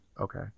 Okay